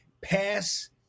pass